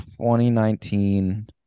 2019